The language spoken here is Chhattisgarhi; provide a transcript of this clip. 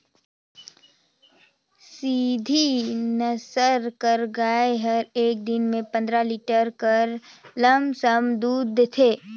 सिंघी नसल कर गाय हर एक दिन में पंदरा लीटर कर लमसम दूद देथे